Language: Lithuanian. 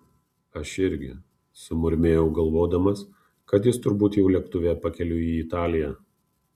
aš irgi sumurmėjau galvodamas kad jis turbūt jau lėktuve pakeliui į italiją